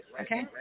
Okay